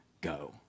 go